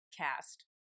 Cast